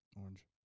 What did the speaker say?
Orange